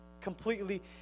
completely